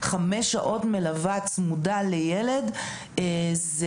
מלווה צמודה לילד חמש שעות,